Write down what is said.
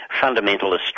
fundamentalist